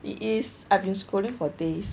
it is I've been scrolling for days